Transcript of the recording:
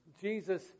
Jesus